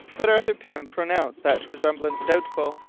but arthur pym pronounced that resemblance doubtful.